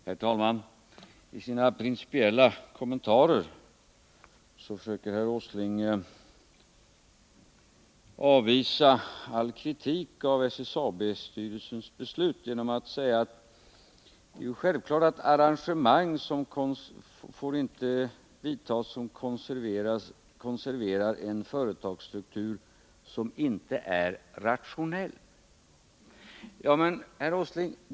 Herr talman! I sina principiella kommentarer försöker herr Åsling avvisa all kritik av SSAB-styrelsens beslut genom att säga att det är självklart att arrangemang inte får vidtas, vilka kan konservera en företagsstruktur som inte är rationell. Herr Åsling!